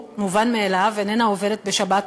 אימא נפטרת זה דבר שקורה.